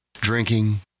Drinking